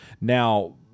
Now